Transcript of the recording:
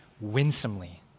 winsomely